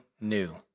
new